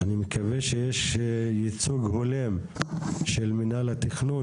אני מקווה שיש ייצוג הולם של מינהל התכנון,